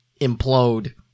implode